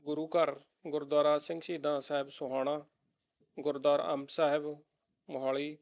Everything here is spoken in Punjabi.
ਗੁਰੂ ਘਰ ਗੁਰਦੁਆਰਾ ਸਿੰਘ ਸ਼ਹੀਦਾਂ ਸਾਹਿਬ ਸੋਹਾਣਾ ਗੁਰਦੁਆਰਾ ਅੰਬ ਸਾਹਿਬ ਮੋਹਾਲੀ